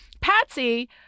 Patsy